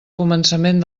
començament